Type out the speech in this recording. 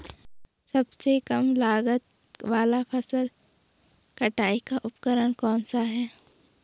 सबसे कम लागत वाला फसल कटाई का उपकरण कौन सा है?